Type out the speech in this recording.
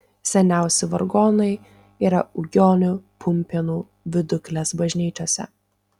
seniausi vargonai yra ugionių pumpėnų viduklės bažnyčiose